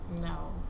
No